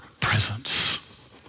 presence